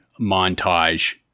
montage